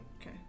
Okay